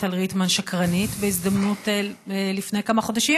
על ריטמן "שקרנית" בהזדמנות לפני כמה חודשים